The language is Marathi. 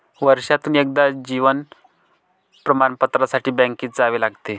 वर्षातून एकदा जीवन प्रमाणपत्रासाठी बँकेत जावे लागते